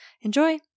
Enjoy